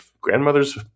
grandmother's